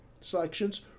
selections